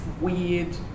weird